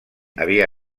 havia